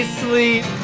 sleep